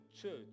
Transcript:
church